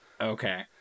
okay